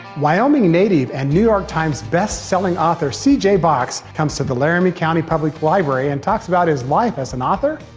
wyoming native and new york times best selling author, c j. box, comes to the laramie county public library and talks about his life as an author.